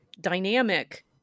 dynamic